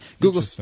Google